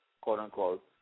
quote-unquote